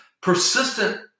persistent